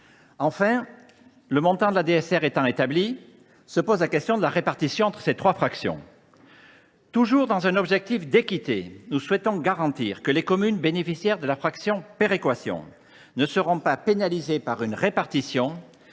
Le montant de la DSR étant ainsi établi se pose la question de la répartition entre ses trois fractions. Toujours dans un objectif d’équité, nous souhaitons garantir que les communes bénéficiaires de la fraction « péréquation » ne seront pas pénalisées par une répartition